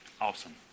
awesome